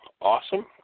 awesome